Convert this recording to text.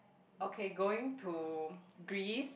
okay going to Greece